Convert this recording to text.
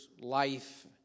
life